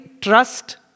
trust